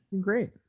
great